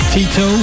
Tito